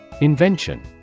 Invention